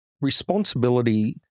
responsibility